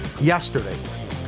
yesterday